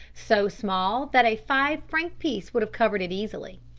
so small that a five-franc piece would have covered it easily.